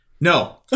No